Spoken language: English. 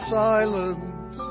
silent